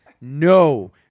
no